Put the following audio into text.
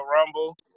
Rumble